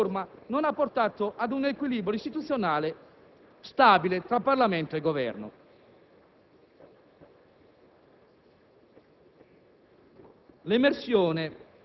Successivamente, l'attuazione della riforma non ha portato ad un equilibrio istituzionale stabile tra Parlamento e Governo.